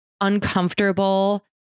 uncomfortable